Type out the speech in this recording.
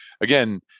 again